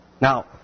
Now